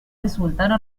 risultano